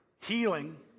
healing